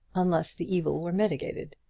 unless the evil were mitigated.